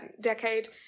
decade